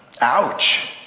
Ouch